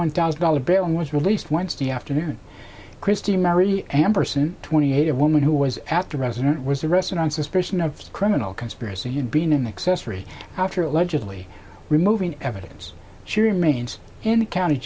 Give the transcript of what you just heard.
one thousand dollars bail and was released wednesday afternoon christine mary amberson twenty eight a woman who was at the resident was arrested on suspicion of criminal conspiracy and being an accessory after allegedly removing evidence she remains in the county